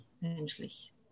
menschlich